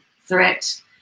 threat